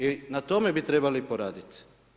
I na tome bi trebali poraditi.